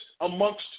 amongst